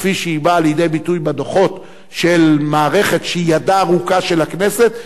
כפי שהיא באה לידי ביטוי בדוחות של מערכת שהיא ידה הארוכה של הכנסת,